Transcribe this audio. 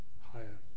higher